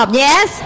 yes